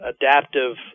adaptive